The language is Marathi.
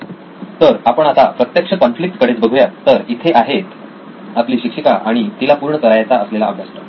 तर आपण आता प्रत्यक्ष कॉन्फ्लिक्ट कडेच बघुयात तर इथे आहेत आपली शिक्षिका आणि तिला पूर्ण करावयाचा असलेला अभ्यासक्रम